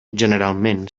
generalment